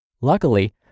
Luckily